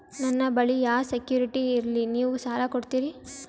ನನ್ನ ಬಳಿ ಯಾ ಸೆಕ್ಯುರಿಟಿ ಇಲ್ರಿ ನೀವು ಸಾಲ ಕೊಡ್ತೀರಿ?